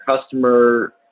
customer